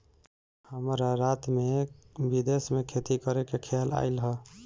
हमरा रात में विदेश में खेती करे के खेआल आइल ह